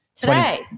Today